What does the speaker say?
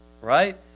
Right